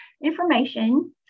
information